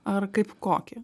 ar kaip kokį